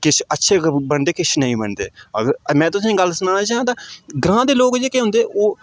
किश अच्छे बनदे किश नेईं बनदे अगर में तुसें ई गल्ल सनाना चाहां तां ग्रांऽ दे लोक जेह्के होंदे ओह्